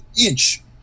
inch